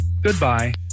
Goodbye